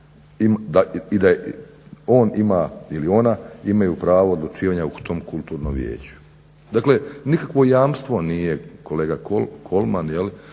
i on ima ili ona imaju pravo odlučivanja o tom kulturnom vijeću. Dakle, nikakvo jamstvo nije kolega Kolman je